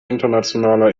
internationaler